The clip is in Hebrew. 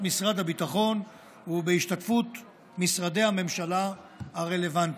משרד הביטחון ובהשתתפות משרדי הממשלה הרלוונטיים.